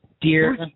Dear